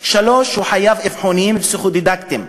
3. הוא חייב אבחונים פסיכו-דידקטיים,